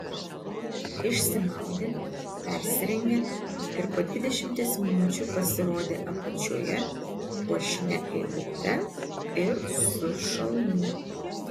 išsimaudė persirengė ir po dvidešimties minučių pasirodė apačioje puošnia eilute ir su šalmu